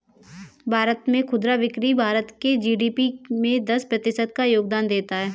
भारत में खुदरा बिक्री भारत के जी.डी.पी में दस प्रतिशत का योगदान देता है